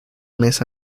mes